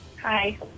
Hi